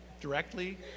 directly